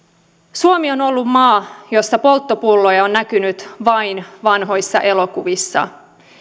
suomi on ollut maa jossa polttopulloja on näkynyt vain vanhoissa elokuvissa